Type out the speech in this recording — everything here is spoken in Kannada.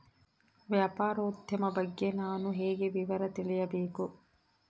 ವ್ಯಾಪಾರೋದ್ಯಮ ಬಗ್ಗೆ ನಾನು ಹೇಗೆ ವಿವರ ತಿಳಿಯಬೇಕು?